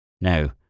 No